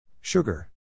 Sugar